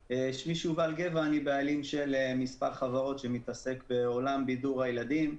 אני בעלים של מספר חברות שמתעסק בעולם בידור הילדים,